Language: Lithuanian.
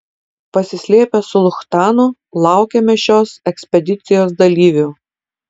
pasislėpę su luchtanu laukėme šios ekspedicijos dalyvių